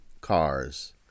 cars